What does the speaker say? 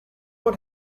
what